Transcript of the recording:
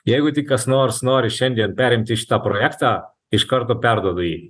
jeigu tik kas nors nori šiandien perimti šitą projektą iš karto perduodu jį